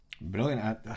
Brilliant